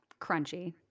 Crunchy